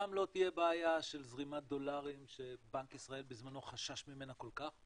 גם לא תהיה בעיה של זרימת דולרים שבנק ישראל בזמנו חשש ממנה כל כך.